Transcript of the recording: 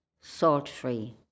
Salt-free